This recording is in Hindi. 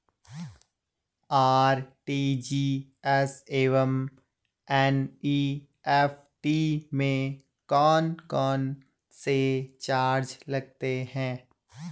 आर.टी.जी.एस एवं एन.ई.एफ.टी में कौन कौनसे चार्ज लगते हैं?